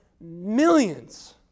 millions